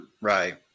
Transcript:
right